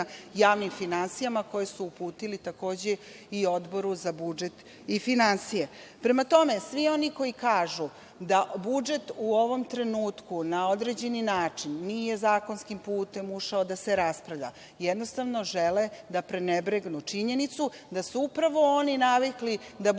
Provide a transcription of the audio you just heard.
javnim finansijama koje su uputili takođe i Odboru za budžet i finansije. Prema tome svi oni koji kažu da budžet u ovom trenutku na određeni način nije zakonskim putem ušao da se raspravlja, jednostavno žele da prenebregnu činjenicu da su upravo oni navikli da budžete